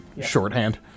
shorthand